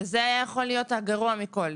וזה היה יכול להיות הגרוע מכול.